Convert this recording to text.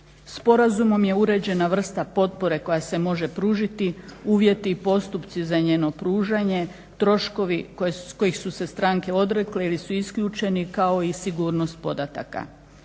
Sporazumom je uređena vrsta potpore koja se može pružiti, uvjeti i postupci za njeno pružanje, troškovi kojih su se stranke odrekle ili su isključeni kao i sigurnost podataka.